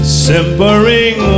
simpering